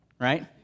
right